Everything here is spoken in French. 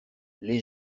les